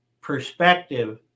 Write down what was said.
perspective